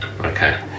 Okay